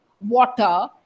water